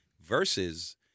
versus –